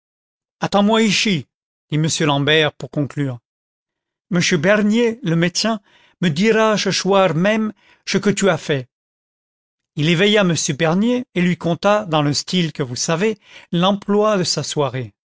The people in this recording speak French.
attends-moi ichi dit m l'ambert pour conclure mouchu bernier le médechin me dira che choir même che que tu as fait il éveilla m bernier et lui conta dans le style que vous savez l'emploi de sa soirée